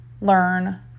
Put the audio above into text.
learn